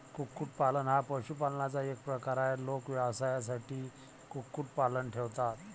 कुक्कुटपालन हा पशुपालनाचा एक प्रकार आहे, लोक व्यवसायासाठी कुक्कुटपालन ठेवतात